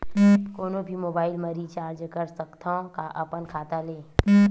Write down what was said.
कोनो भी मोबाइल मा रिचार्ज कर सकथव का अपन खाता ले?